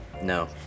No